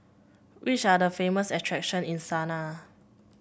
which are the famous attraction in Sanaa